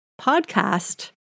podcast